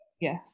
Yes